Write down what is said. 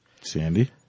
Sandy